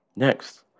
Next